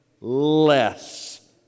less